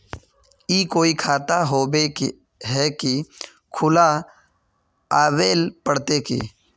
ई कोई खाता होबे है की खुला आबेल पड़ते की?